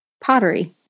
pottery